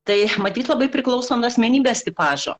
tai matyt labai priklauso nuo asmenybės tipažo